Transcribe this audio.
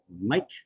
Mike